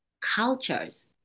cultures